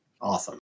Awesome